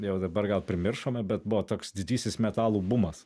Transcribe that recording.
jau dabar gal primiršome bet buvo toks didysis metalų bumas